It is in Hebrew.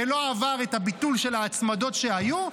ולא עבר את הביטול של ההצמדות שהיו.